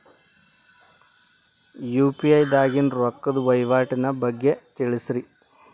UPI ದಾಗಿನ ರೊಕ್ಕದ ವಹಿವಾಟಿನ ಬಗ್ಗೆ ತಿಳಸ್ರಿ